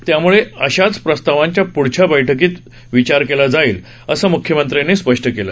त्यामुळे अशाच प्रस्तावांचा पुढच्या बैठकीत विचार केला जाईल असं मुख्यमंत्र्यांनी स्पष्ट केलं